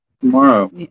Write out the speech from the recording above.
tomorrow